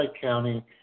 County